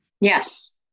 Yes